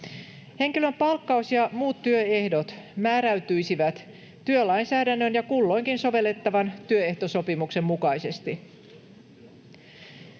Henkilön palkkaus ja muut työehdot määräytyisivät työlainsäädännön ja kulloinkin sovellettavan työehtosopimuksen mukaisesti.